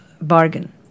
bargain